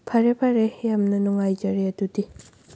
ꯐꯔꯦ ꯐꯔꯦ ꯌꯥꯝꯅ ꯅꯨꯡꯉꯥꯏꯖꯔꯦ ꯑꯗꯨꯗꯤ